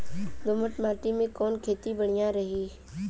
दोमट माटी में कवन खेती बढ़िया रही?